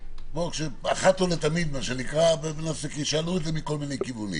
אחת ולתמיד כי שאלו זאת מכל מיני כיוונים: